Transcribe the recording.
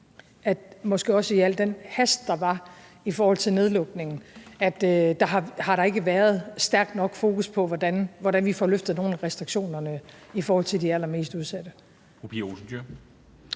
der måske også i al den hast, der var i forhold til nedlukningen, ikke har været et stærkt nok fokus på, hvordan vi får løftet nogle af restriktionerne i forhold til de allermest udsatte.